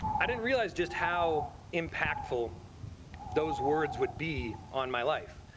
i didn't realize just how impactful those words would be on my life.